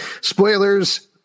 spoilers